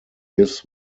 this